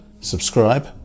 subscribe